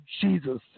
Jesus